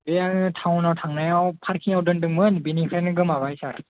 बे टाउनाव थांनायाव पार्किंआव दोनदोंमोन बेनिफ्रायनो गोमाबाय सार